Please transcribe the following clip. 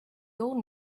old